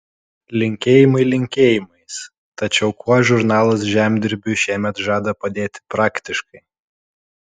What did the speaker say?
linkėjimai linkėjimais tačiau kuo žurnalas žemdirbiui šiemet žada padėti praktiškai